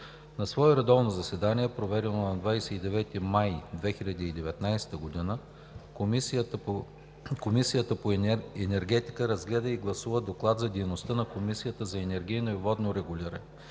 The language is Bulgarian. На свое редовно заседание, проведено на 29 май 2019 г., Комисията по енергетика разгледа и гласува Доклад за дейността на Комисията за енергийно и водно регулиране